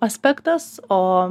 aspektas o